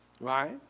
Right